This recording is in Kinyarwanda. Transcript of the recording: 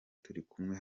turikumwe